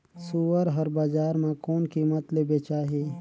सुअर हर बजार मां कोन कीमत ले बेचाही?